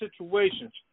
situations